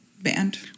band